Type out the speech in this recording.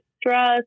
stress